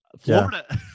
Florida